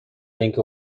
اینکه